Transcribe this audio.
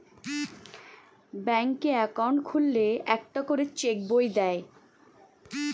ব্যাঙ্কে অ্যাকাউন্ট খুললে একটা করে চেক বই দেয়